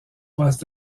poste